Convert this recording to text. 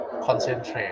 concentrate